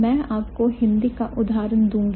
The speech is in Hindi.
मैं आपको हिंदी का उदाहरण दूंगी